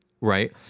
right